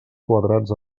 quadrats